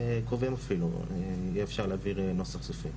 הקרובים אפילו יהיה אפשר להעביר נוסח סופי.